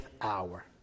hour